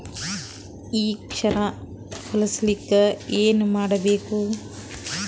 ಈ ಕ್ಷಾರ ಹೋಗಸಲಿಕ್ಕ ಏನ ಮಾಡಬೇಕು?